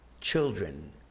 children